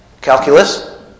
calculus